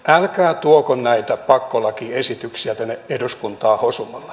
älkää tuoko näitä pakkolakiesityksiä tänne eduskuntaan hosumalla